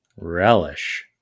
relish